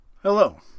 Hello